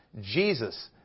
Jesus